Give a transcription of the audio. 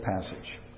passage